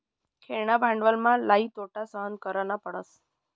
खेळणा भांडवलमा लई तोटा सहन करना पडस